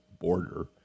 border